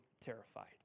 terrified